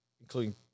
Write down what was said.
including